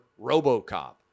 Robocop